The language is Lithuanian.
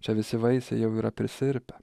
čia visi vaisiai jau yra prisirpę